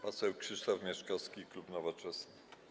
Poseł Krzysztof Mieszkowski, klub Nowoczesna.